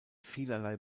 vielerlei